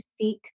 seek